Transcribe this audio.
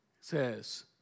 says